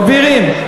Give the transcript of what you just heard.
מעבירים.